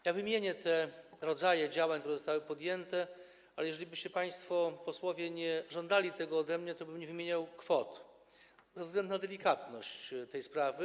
Ja wymienię te rodzaje działań, które zostały podjęte, ale jeżelibyście państwo posłowie nie żądali tego ode mnie, tobym nie wymieniał kwot ze względu na delikatność tej sprawy.